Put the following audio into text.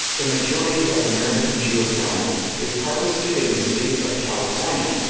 the majority of american geothermal is harvested in the state of california,